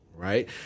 right